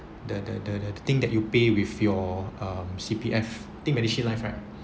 the the the the thing that you pay with your um C_P_F think medishield life right